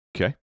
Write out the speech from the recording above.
Okay